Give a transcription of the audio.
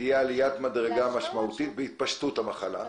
שתהיה עליית מדרגה משמעותית בהתפשטות המחלה,